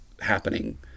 happening